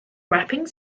wrapping